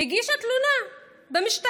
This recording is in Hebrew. היא הגישה תלונה במשטרה,